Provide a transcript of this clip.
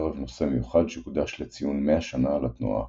בערב נושא מיוחד שהוקדש לציון 100 שנה לתנועה הקיבוצית.